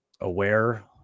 aware